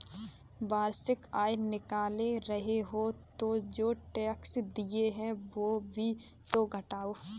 वार्षिक आय निकाल रहे हो तो जो टैक्स दिए हैं वो भी तो घटाओ